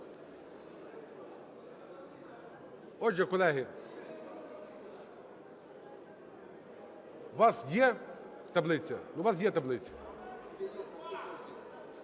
Отже, колеги, у вас є таблиця?